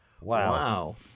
Wow